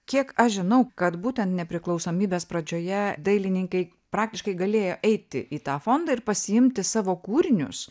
kiek aš žinau kad būtent nepriklausomybės pradžioje dailininkai praktiškai galėjo eiti į tą fondą ir pasiimti savo kūrinius